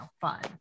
fun